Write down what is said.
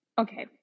okay